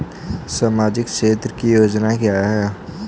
सामाजिक क्षेत्र की योजना क्या है?